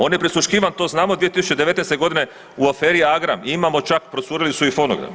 On je prisluškivan to znamo 2019. godine u aferi Agram i imamo čak procurili su i fonogrami.